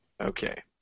Okay